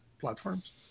platforms